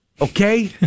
okay